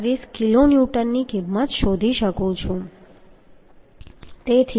37 કિલોન્યુટનની કિંમત શોધી શકું છું